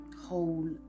whole